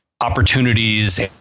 opportunities